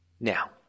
now